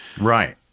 Right